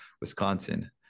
Wisconsin